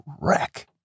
wreck